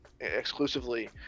exclusively